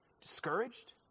discouraged